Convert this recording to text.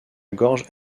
gorge